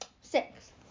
Six